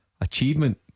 achievement